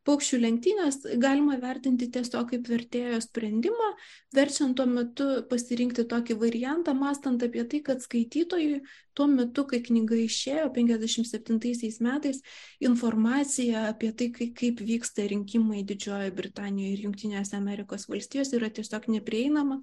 paukščių lenktynes galima vertinti tiesiog kaip vertėjo sprendimą verčiant tuo metu pasirinkti tokį variantą mąstant apie tai kad skaitytojui tuo metu kai knyga išėjo penkiasdešimt septintaisiais metais informacija apie tai kaip kaip vyksta rinkimai didžiojoje britanijoje ir jungtinėse amerikos valstijose yra tiesiog neprieinama